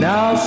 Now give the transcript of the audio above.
Now